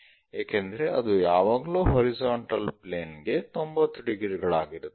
ಏಕೆಂದರೆ ಅದು ಯಾವಾಗಲೂ ಹಾರಿಜಾಂಟಲ್ ಪ್ಲೇನ್ ಗೆ 90 ಡಿಗ್ರಿಗಳಾಗಿರುತ್ತದೆ